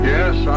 Yes